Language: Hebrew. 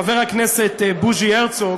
חבר הכנסת בוז'י הרצוג,